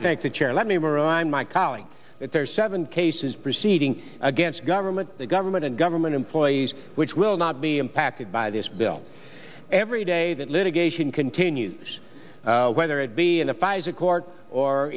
i think the chair let me were i my colleagues that there are seven cases proceeding against government the government and government employees which will not be impacted by this bill every day that litigation continues whether it be in a pfizer court or